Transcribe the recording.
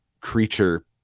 creature